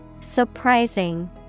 Surprising